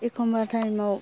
एखमबा टाइमाव